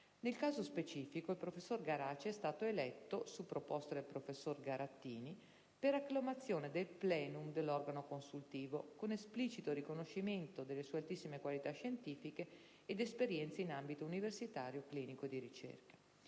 Nel caso specifico, il professor Garaci è stato eletto, su proposta del professor Garattini, per acclamazione dal *plenum* dell'organo consultivo, con esplicito riconoscimento delle sue altissime qualità scientifiche ed esperienze in ambito universitario, clinico e di ricerca.